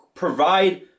provide